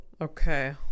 Okay